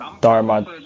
Dharma